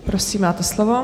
Prosím, máte slovo.